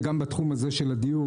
וגם בתחום הזה של הדיור,